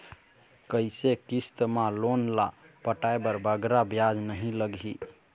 कइसे किस्त मा लोन ला पटाए बर बगरा ब्याज नहीं लगही?